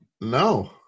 No